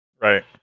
Right